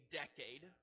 decade